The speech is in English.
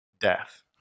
death